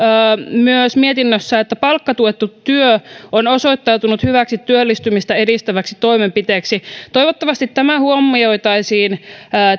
myös toteaa mietinnössään että palkkatuettu työ on osoittautunut hyväksi työllistymistä edistäväksi toimenpiteeksi toivottavasti tämä huomioitaisiin